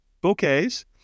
bouquets